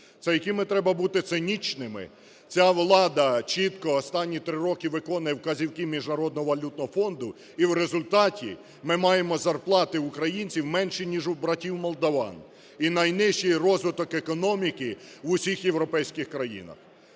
Це якими треба бути цинічними, ця влада чітко останні три роки виконує вказівки Міжнародного валютного фонду, і в результаті ми маємо зарплати українців менші, ніж у братів-молдаван, і найнижчий розвиток економіки в усіх європейських країнах.